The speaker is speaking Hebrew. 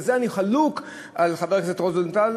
ובזה אני חלוק על חבר הכנסת רוזנטל,